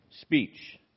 speech